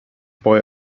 boy